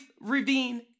ravine